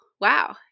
Wow